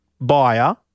buyer